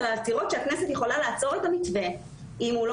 אלא עצירות שהכנסת יכולה לעצור את המתווה אם הוא לא